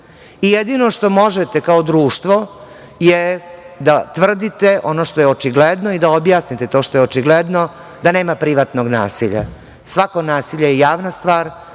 Jedino što možete kao društvo je da tvrdite ono što je očigledno i da objasnite to što je očigledno, da nema privatnog nasilja. Svako nasilje je javna stvar,